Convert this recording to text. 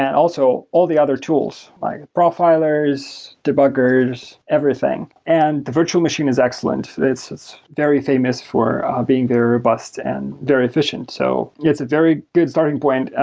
also, all the other tools, like profilers, debuggers, everything, and the virtual machine is excellent. it's it's very famous for being very robust and very efficient. so it's a very good starting point.